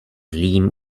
zlým